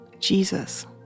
Jesus